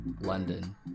London